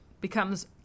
becomes